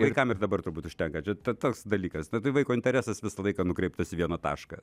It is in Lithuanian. vaikam ir dabar turbūt užtenka čia tas dalykas na tai vaiko interesas visą laiką nukreiptas į vieną tašką